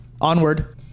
onward